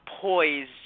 poised